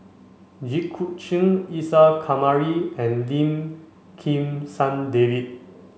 Jit Koon Ch'ng Isa Kamari and Lim Kim San David